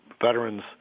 Veterans